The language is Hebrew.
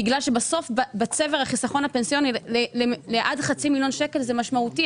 בגלל שבסוף בצבר החיסכון הפנסיוני לעד חצי מיליון שקלים זה משמעותי,